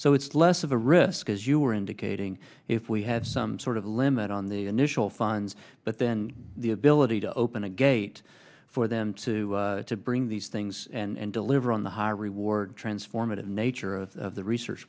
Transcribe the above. so it's less of a risk as you were indicating if we had some sort of limit on the initial funds but then the ability to open a gate for them to to bring these things and deliver on the high reward transformative nature of the research